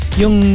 yung